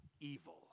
evil